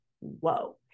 whoa